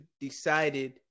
decided